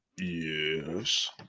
Yes